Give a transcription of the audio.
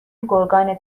گرگان